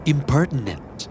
Impertinent